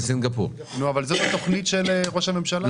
אבל זאת התוכנית של ראש הממשלה.